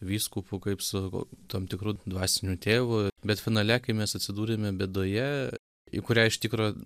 vyskupu kaip su tam tikru dvasiniu tėvu bet finale kai mes atsidūrėme bėdoje į kurią iš tikro